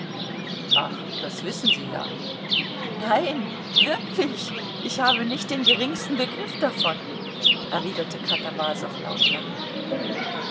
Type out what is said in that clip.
ach das wissen sie ja nein wirklich ich habe nicht den geringsten begriff davon erwiderte katawasow laut lachend